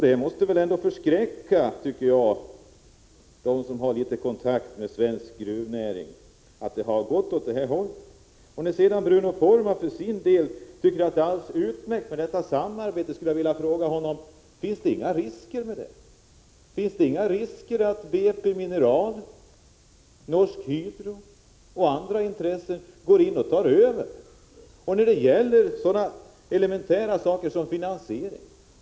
Det måste ändå, tycker jag, förskräcka dem som har litet kontakt med svensk gruvnäring att utvecklingen har gått åt det här hållet. Eftersom Bruno Poromaa för sin del tycker att det är alldeles utmärkt med detta samarbete, skulle jag vilja fråga honom: Finns det inga risker med det? Finns det inga risker med att BP Mineral, Norsk Hydro och andra intressen går in och tar över när det gäller sådana elementära saker som finansiering?